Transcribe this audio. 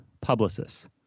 publicists